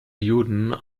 juden